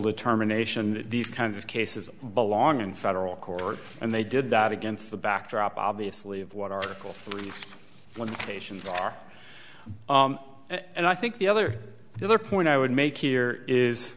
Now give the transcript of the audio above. determination that these kinds of cases belong in federal court and they did that against the backdrop obviously of what are three one of the stations are and i think the other the other point i would make here is